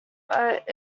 but